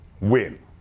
win